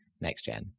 next-gen